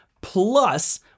Plus